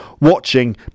watching